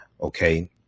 Okay